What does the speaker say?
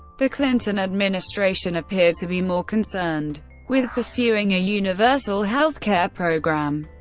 the clinton administration appeared to be more concerned with pursuing a universal health care program.